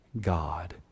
God